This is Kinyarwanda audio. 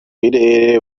birere